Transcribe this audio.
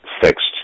fixed